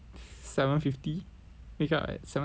seven fifty wake up at seven thirty